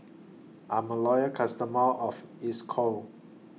I'm A Loyal customer of Isocal